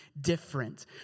different